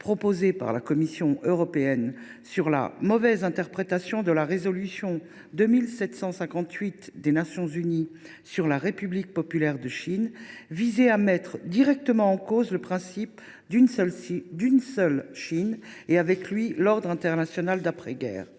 par la Commission européenne, sur « l’interprétation erronée de la résolution 2758 des Nations unies par la République populaire de Chine » visait à mettre directement en cause le principe d’une seule Chine, et avec lui, l’ordre international d’après guerre.